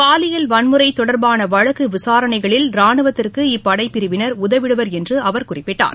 பாலியல் வன்முறை தொடர்பான வழக்கு விசாரணைகளில் ரானுவத்திற்கு இப்படை பிரிவினர் உதவிடுவர் என்று அவர் குறிப்பிட்டுள்ளார்